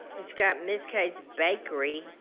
it's got miss kay's bakery.